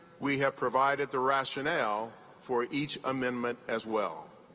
we have provided the rationale for each amendment, as well.